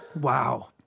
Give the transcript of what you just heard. Wow